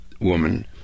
woman